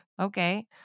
okay